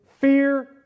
Fear